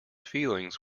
feelings